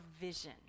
vision